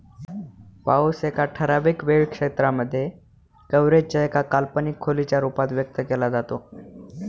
पाऊस एका ठराविक वेळ क्षेत्रांमध्ये, कव्हरेज च्या एका काल्पनिक खोलीच्या रूपात व्यक्त केला जातो